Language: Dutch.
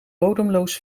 bodemloos